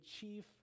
chief